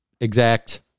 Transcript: exact